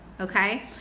okay